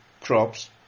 crops